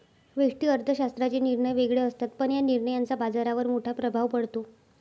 व्यष्टि अर्थशास्त्राचे निर्णय वेगळे असतात, पण या निर्णयांचा बाजारावर मोठा प्रभाव पडतो